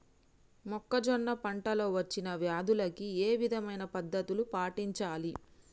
మొక్కజొన్న పంట లో వచ్చిన వ్యాధులకి ఏ విధమైన పద్ధతులు పాటించాలి?